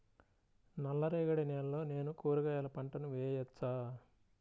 నల్ల రేగడి నేలలో నేను కూరగాయల పంటను వేయచ్చా?